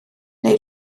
neu